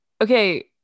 okay